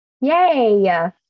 Yay